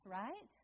right